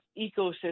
ecosystem